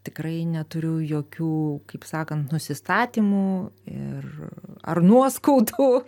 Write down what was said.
tikrai neturiu jokių kaip sakant nusistatymų ir ar nuoskaudų